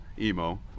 Emo